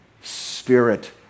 spirit